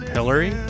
Hillary